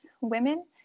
women